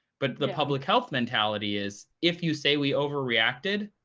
but the public health mentality is, if you say we overreacted,